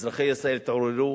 אזרחי ישראל התעוררו,